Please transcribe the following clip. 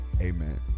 Amen